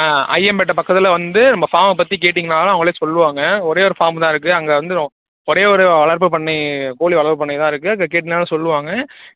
ஆ அய்யம்பேட்டை பக்கத்தில் வந்து நம்ம ஃபார்மை பற்றி கேட்டீங்கன்னாலே அவங்களே சொல்லுவாங்க ஒரே ஒரு ஃபார்ம் தான் இருக்குது அங்கே வந்தும் ஒரே ஒரு வளர்ப்பு பண்ணை கோழி வளர்ப்பு பண்ணை தான் இருக்குது அங்கேே கேட்டீங்கன்னாலே சொல்லுவாங்க